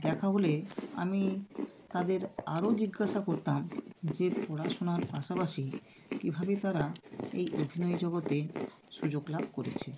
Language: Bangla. দেখা হলে আমি তাদের আরও জিজ্ঞাসা করতাম যে পড়াশোনার পাশাপাশি কীভাবে তারা এই অভিনয় জগতে সুযোগ লাভ করেছে